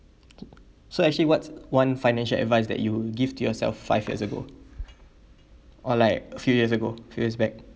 so actually what one financial advise that you give to yourself five years ago or like few years ago few years back